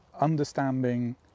understanding